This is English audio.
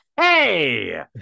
Hey